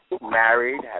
married